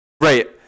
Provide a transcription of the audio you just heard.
right